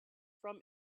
from